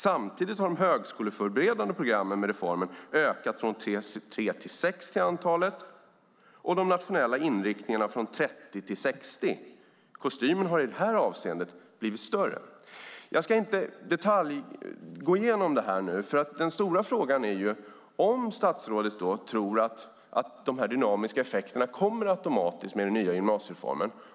Samtidigt har de högskoleförberedande programmen med reformen ökat från 3 till 6 till antalet, och de nationella inriktningarna från 30 till 60. Kostymen har i detta avseende blivit större. Jag ska inte gå igenom detta i detalj nu. Den stora frågan är om statsrådet tror att dessa dynamiska effekter kommer automatiskt med den nya gymnasiereformen.